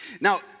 Now